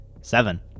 seven